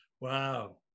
Wow